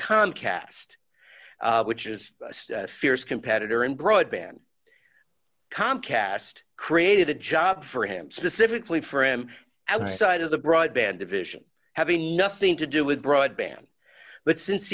con cast which is a fierce competitor in broadband comcast created a job for him specifically for him outside of the broadband division having nothing to do with broadband but since